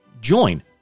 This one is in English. join